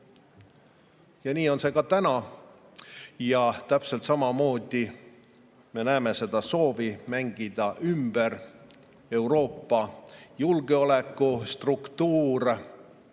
Nii on see ka täna. Täpselt samamoodi me näeme soovi mängida ümber Euroopa julgeolekustruktuur.